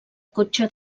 cotxe